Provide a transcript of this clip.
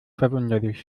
verwunderlich